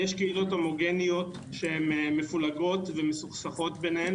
יש קהילות הומוגניות שהן מפולגות ומסוכסכות ביניהן,